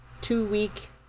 two-week